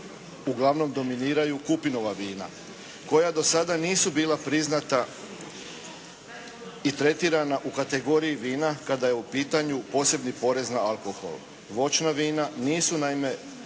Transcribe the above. uglavnom dominiraju kupinova vina koja do sada nisu bila priznata i tretirana u kategoriji vina kada je u pitanju posebni porez na alkohol. Voćna vina nisu naime